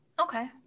Okay